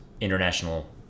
international